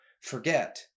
forget